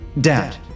Dad